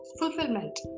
fulfillment